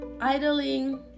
idling